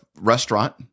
restaurant